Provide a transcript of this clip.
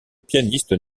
pianistes